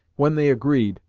when they agreed,